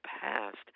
past